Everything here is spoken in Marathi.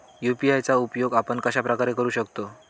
यू.पी.आय चा उपयोग आपण कशाप्रकारे करु शकतो?